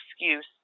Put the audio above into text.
excuse